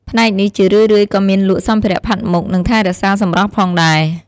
ផ្នែកនេះជារឿយៗក៏មានលក់សម្ភារៈផាត់មុខ និងថែរក្សាសម្រស់ផងដែរ។